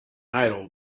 idol